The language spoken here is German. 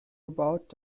gebaut